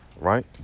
right